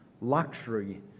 luxury